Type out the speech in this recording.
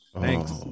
Thanks